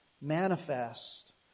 manifest